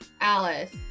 Alice